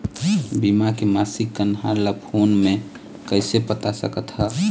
बीमा के मासिक कन्हार ला फ़ोन मे कइसे पता सकत ह?